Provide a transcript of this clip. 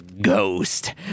ghost